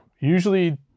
Usually